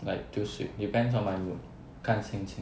like too sweet depends on my mood 看心情